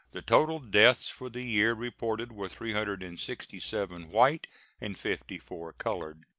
the total deaths for the year reported were three hundred and sixty seven white and fifty four colored.